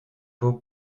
beau